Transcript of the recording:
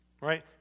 right